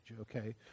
Okay